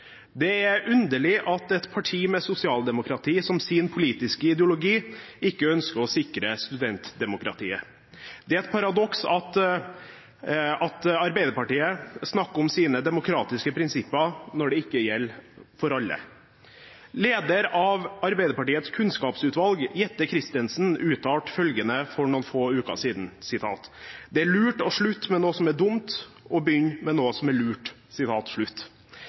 underlig at et parti med sosialdemokrati som sin politiske ideologi ikke ønsker å sikre studentdemokratiet. Det er et paradoks at Arbeiderpartiet snakker om sine demokratiske prinsipper når det ikke gjelder for alle. Leder av Arbeiderpartiets kunnskapsutvalg, Jette Christensen, uttalte for noen få uker siden at det er «lurt å slutte med noe som er dumt og begynne med noe som er lurt».